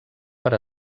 per